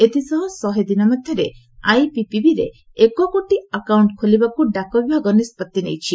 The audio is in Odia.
ଏଥିସହ ଶହେ ଦିନ ମଧ୍ୟରେ ଆଇପିପିବିରେ ଏକ କୋଟି ଆକାଉଷ୍ଟ୍ ଖୋଲିବାକୁ ଡାକ ବିଭାଗ ନିଷ୍କଭି ନେଇଛି